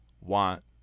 want